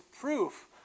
proof